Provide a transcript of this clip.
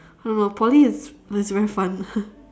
I don't know poly is was very fun